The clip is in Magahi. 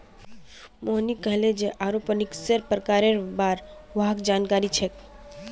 मोहिनी कहले जे एरोपोनिक्सेर प्रकारेर बार वहाक जानकारी छेक